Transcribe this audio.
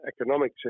economic